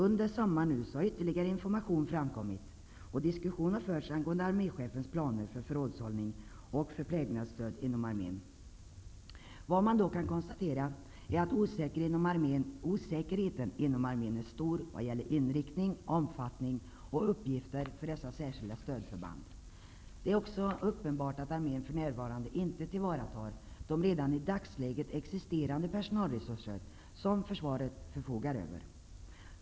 Under sommaren har ytterligare information framkommit, och diskussion har förts angående arme chefens planer för förrådshållning och förplägnadsstöd inom arme n. Vad man då kan konstatera är att osäkerheten inom arme n är stor när det gäller inriktning, omfattning och uppgifter för dessa särskilda stödförband. Det är också uppenbart att arme n för närvarande inte tillvaratar de redan i dagsläget existerande personalresurser som försvaret förfogar över.